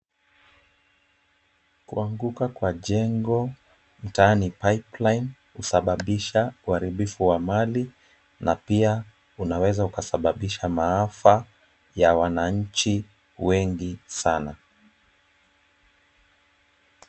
Kuanguka kwa jengo mtaani Pipeline, husababisha uharibifu wa mali na pia unaweza ukasababisha maafa ya wananchi wengi sana.